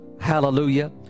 Hallelujah